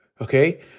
okay